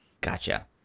Gotcha